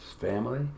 family